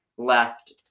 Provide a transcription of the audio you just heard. left